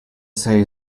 say